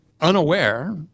unaware